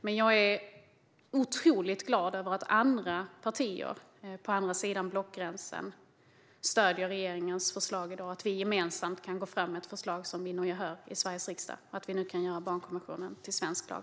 Men jag är otroligt glad över att andra partier på andra sidan blockgränsen stöder regeringens förslag i dag och att vi gemensamt kan gå fram med ett förslag som vinner gehör i Sveriges riksdag, så att vi nu kan göra barnkonventionen till svensk lag.